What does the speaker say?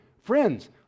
friends